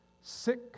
sick